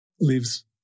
lives